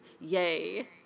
Yay